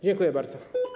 Dziękuję bardzo.